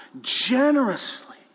generously